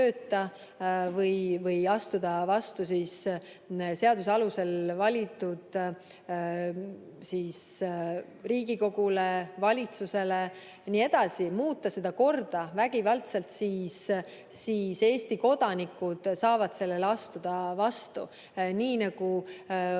või astuda vastu seaduse alusel valitud Riigikogule, valitsusele jne, muuta seda korda vägivaldselt, siis Eesti kodanikud saavad sellele astuda vastu. Nii nagu